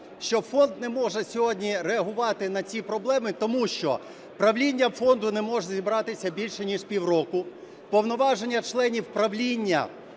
що фонд не може сьогодні реагувати на ці проблеми, тому що правління фонду не може зібратися більше ніж пів року, повноваження членів правління,